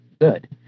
good